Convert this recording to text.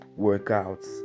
workouts